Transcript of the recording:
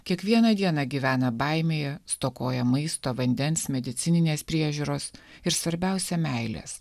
kiekvieną dieną gyvena baimėje stokoja maisto vandens medicininės priežiūros ir svarbiausia meilės